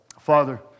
Father